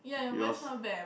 Vios